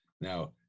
Now